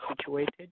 situated